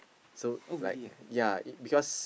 so like yea it because